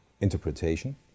interpretation